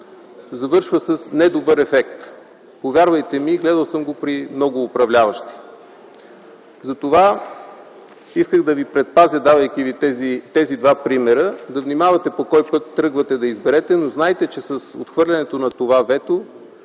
завършва с недобър ефект. Повярвайте ми, гледал съм го при много управляващи! Затова исках да ви предпазя, давайки ви тези два примера - да внимавате кой път тръгвате да изберете. Но, знайте, че с отхвърлянето на това вето,